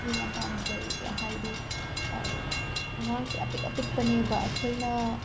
ꯑꯗꯨ ꯌꯥꯝ ꯄꯥꯝꯖꯩ ꯑꯦ ꯍꯥꯏꯗꯤ ꯑꯉꯥꯡꯁꯦ ꯑꯄꯤꯛ ꯑꯄꯤꯛꯄꯅꯦꯕ ꯑꯩꯈꯣꯏꯅ